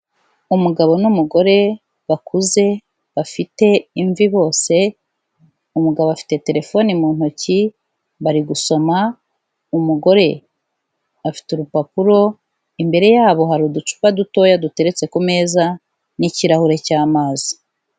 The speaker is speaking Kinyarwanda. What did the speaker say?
Umugabo n'umugore bakuze bafite imvi bose, umugabo afite telefone mu ntoki bari gusoma, umugore afite urupapuro, imbere yabo hari uducupa dutoya duteretse ku meza n'ikirahure cy'amazi.